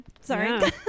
Sorry